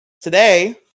today